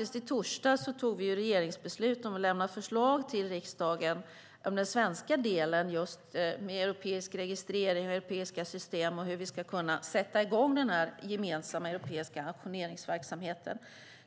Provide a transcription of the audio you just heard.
I torsdags fattade vi regeringsbeslut om att lämna förslag till riksdagen om den svenska delen beträffande europeisk registrering, europeiska system och hur vi ska kunna sätta i gång den gemensamma europeiska auktioneringsverksamheten.